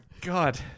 god